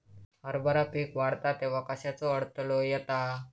हरभरा पीक वाढता तेव्हा कश्याचो अडथलो येता?